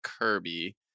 Kirby